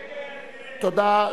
תודה.